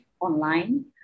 online